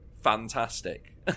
fantastic